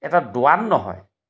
এটা দোৱান নহয়